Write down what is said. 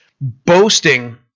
boasting